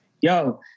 yo